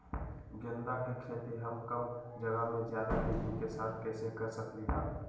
गेंदा के खेती हम कम जगह में ज्यादा वृद्धि के साथ कैसे कर सकली ह?